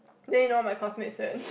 then you know my classmate said